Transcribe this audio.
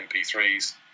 MP3s